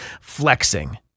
flexing